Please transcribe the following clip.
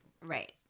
right